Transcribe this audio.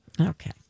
Okay